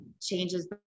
changes